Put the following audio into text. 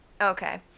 Okay